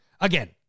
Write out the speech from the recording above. Again